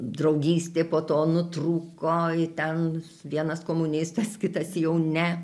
draugystė po to nutrūko ten vienas komunistas kitas jau ne